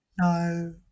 No